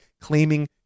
claiming